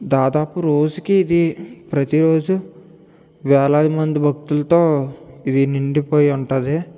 దాదాపు రోజుకి ఇది ప్రతిరోజు వేలాది మంది భక్తులతో ఇది నిండిపోయి ఉంటుంది